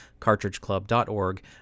cartridgeclub.org